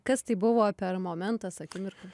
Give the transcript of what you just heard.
kas tai buvo per momentas akimirka